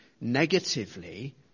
negatively